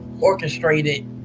orchestrated